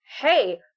hey